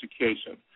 education